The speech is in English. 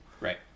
right